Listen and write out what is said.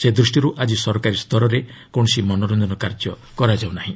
ସେ ଦୂଷ୍ଟିରୁ ଆଜି ସରକାରୀ ସ୍ତରରେ କୌଣସି ମନୋରଞ୍ଜନ କାର୍ଯ୍ୟ ହେଉ ନାହିଁ